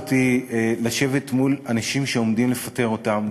הזאת לשבת מול אנשים שעומדים לפטר אותם